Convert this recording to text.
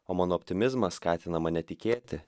o mano optimizmas skatina mane tikėti